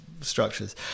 structures